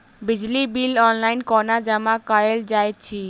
बिजली bill online कोना जमा कएल जाइत अछि?